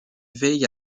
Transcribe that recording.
veille